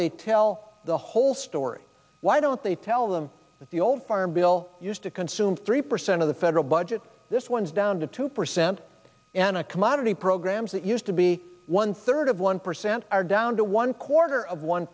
they tell the whole story why don't they tell them that the old farm bill used to consume three percent of the federal budget this one's down to two percent and a commodity programs that used to be one third of one percent are down to one quarter of one